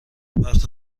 وقت